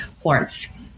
Florence